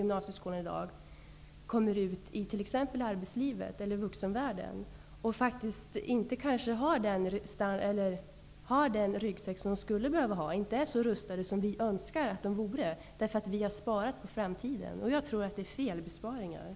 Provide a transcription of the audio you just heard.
Kronans fall riskerar att fortsätta att försämra situationen för många små och medelstora företag. Enligt finansiella bedömare är förtroendet för den svenska kronan nu sviktande.